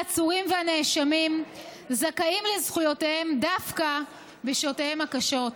העצורים והנאשמים זכאים לזכויותיהם דווקא בשעותיהם הקשות,